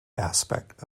aspect